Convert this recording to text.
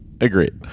Agreed